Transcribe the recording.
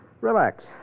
Relax